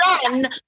son